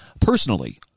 personally